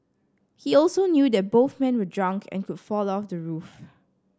he also knew that both men were drunk and could fall off the roof